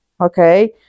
okay